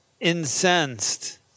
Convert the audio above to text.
incensed